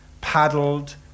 paddled